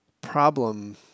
problem